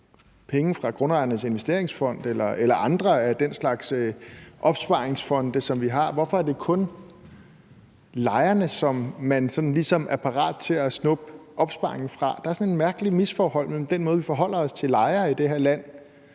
penge fra Grundejernes Investeringsfond eller andre af den slags opsparingsfonde, som vi har? Hvorfor er det kun lejerne, som man ligesom er parat til at snuppe opsparingen fra? Der er et mærkeligt misforhold mellem den måde, vi forholder os til lejere på i det her land,